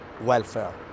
welfare